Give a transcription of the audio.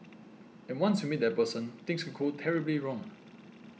and once you meet that person things could go terribly wrong